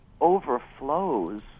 overflows